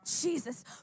Jesus